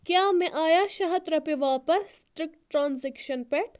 کیٛاہ مےٚ آیا شیٚے ہَتھ رۄپیہِ واپس سٹرک ٹرانزکشن پٮ۪ٹھ؟